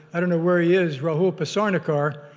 i don't know where he is, raul pasarnacar,